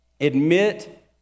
Admit